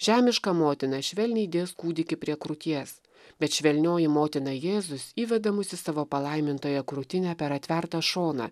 žemiška motina švelniai dės kūdikį prie krūties bet švelnioji motina jėzus įveda mus į savo palaimintojo krūtinę per atvertą šoną